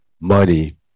money